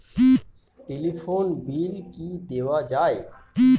Telephone bill কি দেওয়া যায়?